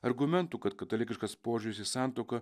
argumentų kad katalikiškas požiūris į santuoką